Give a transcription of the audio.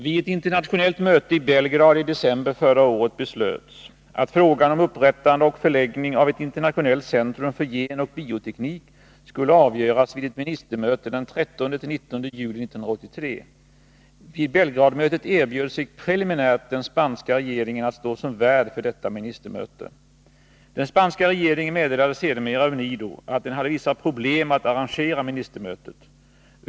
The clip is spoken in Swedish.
Vid ett internationellt möte i Belgrad i december förra året beslöts att frågan om upprättande och förläggning av ett internationellt centrum för genoch bioteknik skulle avgöras vid ett ministermöte den 13—19 juli 1983. Vid Belgradmötet erbjöd sig preliminärt den spanska regeringen att stå som | värd för detta ministermöte. Den spanska regeringen meddelade sedermera UNIDO att den hade vissa problem att arrangera ministermötet.